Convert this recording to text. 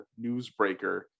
newsbreaker